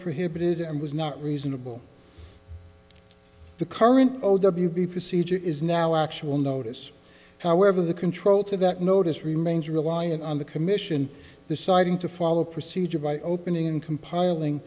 prohibited and was not reasonable the current old w b procedure is now actual notice however the control to that notice remains reliant on the commission deciding to follow procedure by opening and compiling